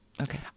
okay